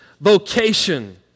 vocation